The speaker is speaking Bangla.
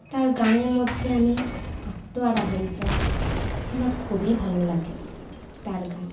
তার গানের মধ্যে আমি আত্মহারা হয়ে যাই আমার খুবই ভালো লাগে তার গান